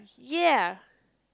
ya